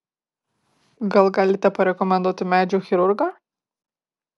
gal galite parekomenduoti medžių chirurgą